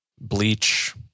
bleach